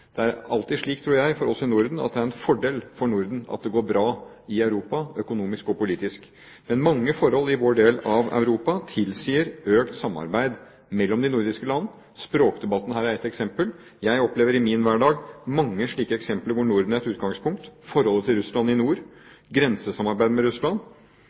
tror at det for oss i Norden alltid er en fordel at det går bra i Europa, økonomisk og politisk. Mange forhold i vår del av Europa tilsier økt samarbeid mellom de nordiske landene. Språkdebatten her er ett eksempel. Jeg opplever i min hverdag mange eksempler der Norden er utgangspunkt: forholdet til Russland i Nord, grensesamarbeidet med Russland,